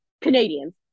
Canadians